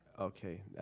Okay